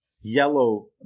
yellow